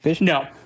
no